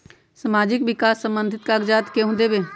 समाजीक विकास संबंधित कागज़ात केहु देबे?